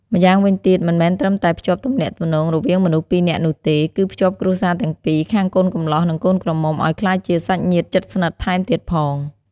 ម្យ៉ាងវិញទៀត មិនមែនត្រឹមតែភ្ជាប់ទំនាក់ទំនាងរវាងមនុស្សពីរនាក់នោះទេ គឺភ្ជាប់គ្រួសារទាំងពីរ ខាងកូនកំលោះ និងកូនក្រមុំ ឲ្យក្លាយជាសាច់ញាតិជិតស្និទ្ធថែមទៀតផង។